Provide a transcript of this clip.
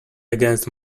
against